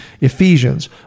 Ephesians